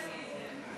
ניצן ייצג אותי היטב.